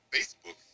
Facebook